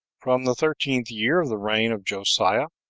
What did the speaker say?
from the thirteenth year of the reign of josiah,